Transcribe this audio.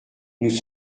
nous